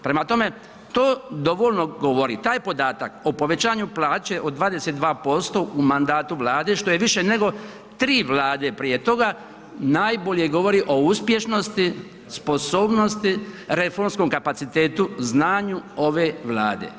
Prema tome, to dovoljno govori, taj podatak o povećanju plaće od 22% u mandatu Vlade što je više nego tri Vlade prije toga najbolje govori o uspješnosti, sposobnosti reformskom kapacitetu, znanju ove Vlade.